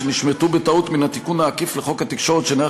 שנשמטו בטעות מן התיקון העקיף לחוק התקשורת שנערך